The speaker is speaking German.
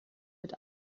wird